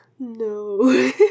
No